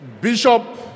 Bishop